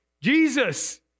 Jesus